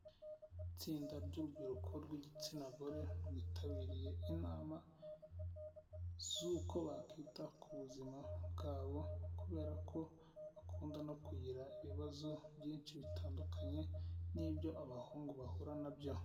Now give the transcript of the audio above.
Itsinda ry'urubyiruko rw'igitsina gore rwitabiriye inama z'uko bakwita ku buzima bwabo, kubera ko bakunda no kugira ibibazo byinshi bitandukanye n'ibyo abahungu bahura na byo.